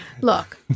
Look